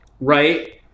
Right